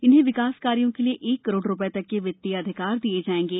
इन्हें विकास कार्यां के लिये एक करोड़ रूपये तक के वित्तीय अधिकार दिये जायेंगे